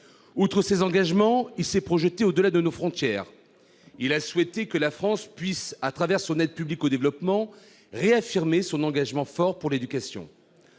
outre, il s'est projeté au-delà de nos frontières. Il a souhaité que la France puisse, à travers son aide publique au développement, « réaffirmer son engagement fort pour l'éducation